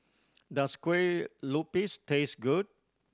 does kue lupis taste good